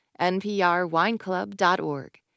NPRwineclub.org